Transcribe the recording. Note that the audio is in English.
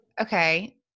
okay